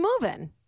moving